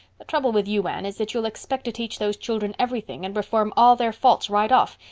the trouble with you, anne, is that you'll expect to teach those children everything and reform all their faults right off,